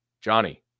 Johnny